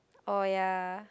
oh ya